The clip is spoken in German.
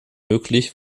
möglich